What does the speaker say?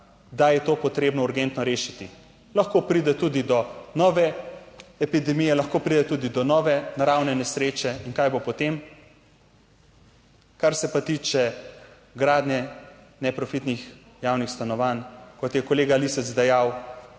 da je to potrebno urgentno rešiti. Lahko pride tudi do nove epidemije, lahko pride tudi do nove naravne nesreče in kaj bo potem? Kar se pa tiče gradnje neprofitnih javnih stanovanj, kot je kolega Lisec dejal,